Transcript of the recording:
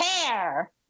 care